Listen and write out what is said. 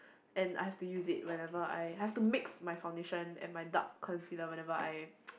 and I have to use it whenever I have to mix my foundation and my dark concealer whenever I